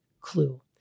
clue